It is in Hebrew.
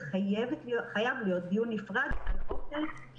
אני חושבת שחייב להיות דיון נפרד על אוכל כי